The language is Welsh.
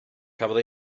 cafodd